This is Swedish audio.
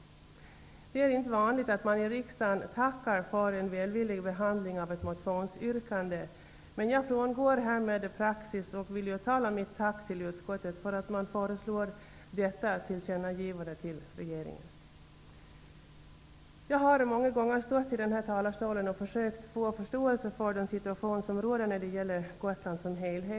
Det är inte vanligt att man i riksdagen tackar för en välvillig behandling av ett motionsyrkande. Men jag frångår härmed praxis, och jag vill uttala mitt tack till utskottet för att de föreslår detta tillkännagivande till regeringen. Jag har många gånger stått i denna talarstol och försökt få förståelse för den situation som råder när det gäller Gotland som helhet.